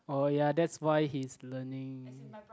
oh ya that's why he's learning